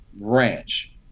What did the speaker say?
Ranch